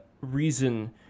reason